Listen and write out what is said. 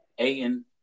Aiden